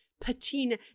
patina